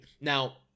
Now